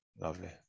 lovely